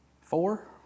Four